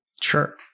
Sure